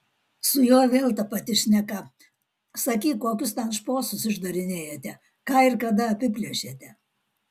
su juo vėl ta pati šneka sakyk kokius ten šposus išdarinėjate ką ir kada apiplėšėte